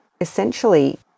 essentially